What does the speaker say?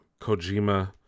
Kojima